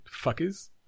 Fuckers